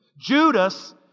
Judas